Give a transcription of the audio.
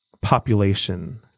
population